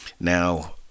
Now